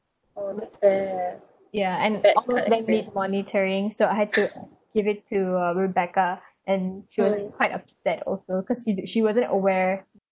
yeah and all these needs monitoring so I had to give it to uh rebecca and shirley quite upset also cause you she wasn't aware